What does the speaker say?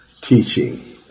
teaching